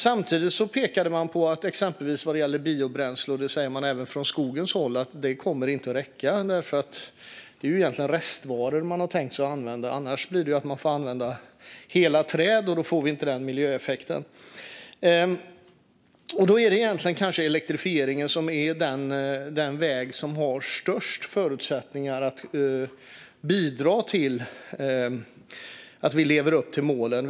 Samtidigt pekade man på att detta inte kommer att räcka exempelvis när det gäller biobränsle, och det sägs även från skogens håll. Det är ju egentligen restvaror som är tänkta att användas - annars blir det hela träd som får användas, och då får vi inte den miljöeffekten. Då är det kanske elektrifieringen som är den väg som har bäst förutsättningar att bidra till att vi lever upp till målen.